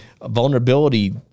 vulnerability